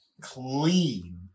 clean